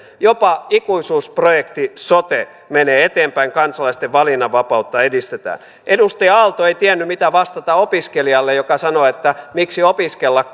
jopa ikuisuusprojekti sote menee eteenpäin kansalaisten valinnanvapautta edistetään edustaja aalto ei tiennyt mitä vastata opiskelijalle joka sanoo että miksi opiskella